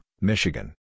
Michigan